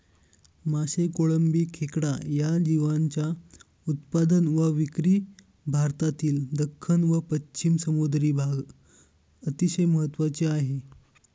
मासे, कोळंबी, खेकडा या जीवांच्या उत्पादन व विक्री भारतातील दख्खन व पश्चिम समुद्री भाग अतिशय महत्त्वाचे आहे